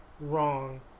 Wrong